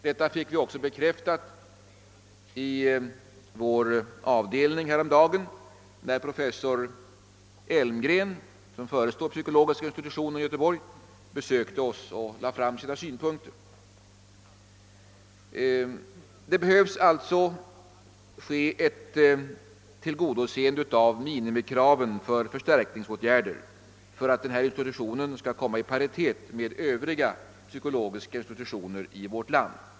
Detta fick vi också bekräftat häromdagen, då professor Elmgren som förestår psykologiska institutionen i Göteborg besökte utskottets avdelning och redogjorde för sina synpunkter. Därav framgick att minimikraven när det gäller förstärkningsåtgärder måste tillgodoses om institutionen skall komma i paritet med övriga psykologiska institutioner i vårt land.